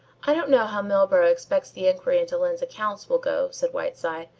i don't know how milburgh expects the inquiry into lyne's accounts will go, said whiteside,